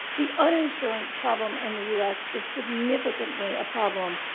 the uninsurance problem in the us is significantly a problem